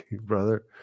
brother